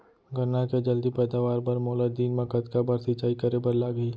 गन्ना के जलदी पैदावार बर, मोला दिन मा कतका बार सिंचाई करे बर लागही?